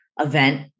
event